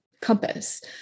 compass